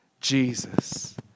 Jesus